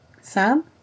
sam